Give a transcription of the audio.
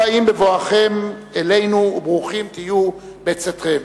ברוכים הבאים בבואכם אלינו וברוכים תהיו בצאתכם.